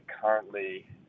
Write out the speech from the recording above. currently